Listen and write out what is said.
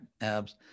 abs